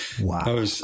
Wow